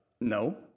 No